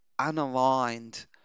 unaligned